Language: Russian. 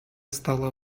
стало